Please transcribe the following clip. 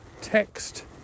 text